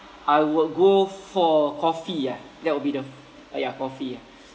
I would go for coffee ah that will be the uh ya coffee ah